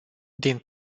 din